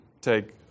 take